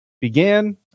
began